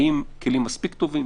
כלים מספיק טובים,